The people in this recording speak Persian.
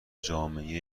جامعه